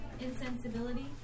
insensibility